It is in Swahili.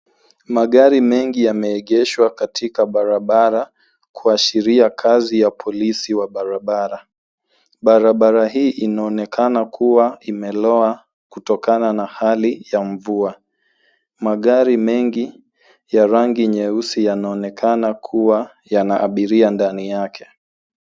Magari mengi yameegeshwa katika barabara, kuashiria kazi ya polisi wa barabara. Barabara hii inaonekana kuwa imelowa kutokana na hali ya mvua. Magari mengi ya rangi nyeusi yanaonekana kuwa yana abiria ndani yake.